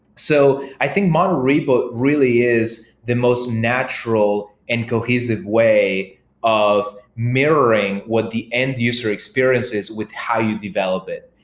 so i think monorepo but really is the most natural and cohesive way of mirroring what the end user experience is with how you develop it,